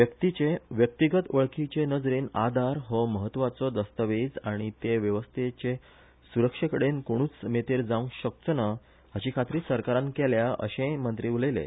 व्यक्तीचे व्यक्तीगत वळखीचे नजेरन आधार हो महत्वाचो दस्तावेज आनी ते व्यवस्थेचे सुरक्षेकडेन कोणुच मेतेर जावंक शकचो ना हाची खात्री सरकारान केल्या अशेंय मंत्री उलयले